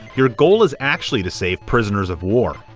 your goal is actually to save prisoners of war.